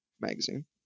Magazine